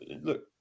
Look